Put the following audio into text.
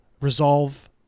resolve